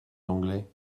l’anglais